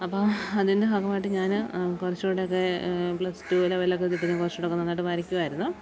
അപ്പം അതിൻ്റെ ഭാഗമായിട്ട് ഞാൻ കുറച്ചുകൂടിയൊക്കെ പ്ലസ്ടു ലെവലൊക്കെ കിട്ടിയാൽ കുറച്ചുകൂടിയൊക്കെ നന്നായിട്ട് വരയ്ക്കുമായിരുന്നു